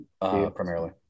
primarily